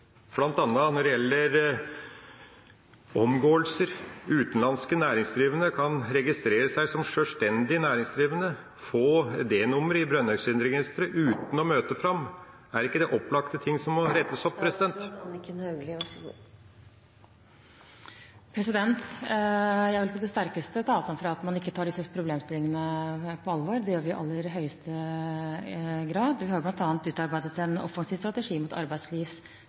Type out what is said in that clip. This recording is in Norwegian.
når det gjelder omgåelser? Utenlandske næringsdrivende kan registrere seg som sjølstendig næringsdrivende, få D-nummer i Brønnøysundregistrene uten å møte fram. Er ikke det opplagte ting som må rettes opp? Jeg vil på det sterkeste ta avstand fra at man ikke tar disse problemstillingene på alvor. Det gjør vi i aller høyeste grad. Vi har bl.a. utarbeidet en offensiv strategi mot